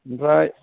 ओमफ्राय